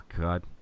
God